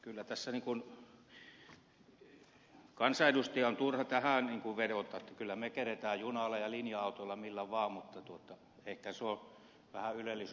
kyllä tässä kansanedustajan on turha tähän vedota kyllä me keretään junalla ja linja autolla millä vaan mutta ehkä se on vähän ylellisyyttä lennelläkin